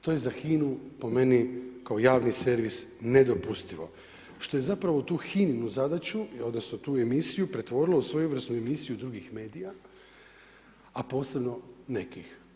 To je za HINA-u, po meni, kao javni servis nedopustivo što je zapravo tu HINA-inu zadaću, odnosno tu emisiju pretvorilo u svojevrsnu emisiju drugih medija, a posebno nekih.